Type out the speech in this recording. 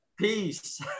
Peace